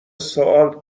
سؤال